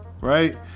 right